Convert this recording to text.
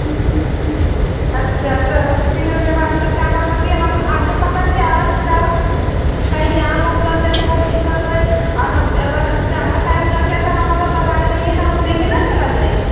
हम्म अच्छा तो तीनों के बाद का नम्बर की हम आटो पकड़ के आवत हि तव कहीं जाम वाम लग जाए तो बहुत दिक्कत होए और हम अगर ज़्यादा टाइम लग जाइत तो हम अगर बनाई रहीए तो हम लेकर ना चला जाइए